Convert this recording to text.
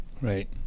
right